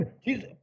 Jesus